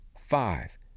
five